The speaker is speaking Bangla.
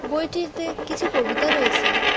বইটিতে কিছু কবিতা রয়েছে